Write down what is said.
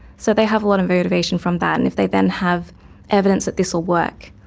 so they have a lot of motivation from that. and if they then have evidence that this will work,